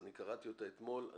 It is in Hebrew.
קראתי אותה אתמול,